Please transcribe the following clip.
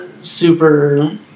super